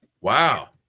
Wow